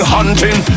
Hunting